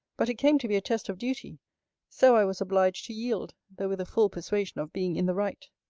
but it came to be a test of duty so i was obliged to yield, though with a full persuasion of being in the right.